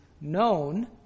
known